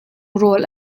rawl